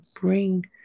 bring